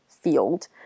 field